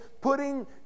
putting